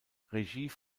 regie